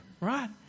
right